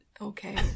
okay